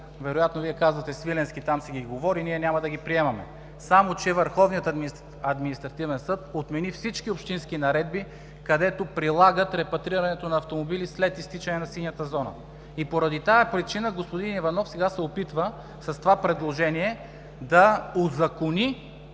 вероятно Вие казвате: „Свиленски там си ги говори, ние няма да ги приемаме“. Само че Върховният административен съд отмени всички общински наредби, където прилагат репатрирането на автомобили след изтичане на синята зона и поради тази причина господин Иванов сега се опитва с това предложение да узакони